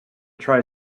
try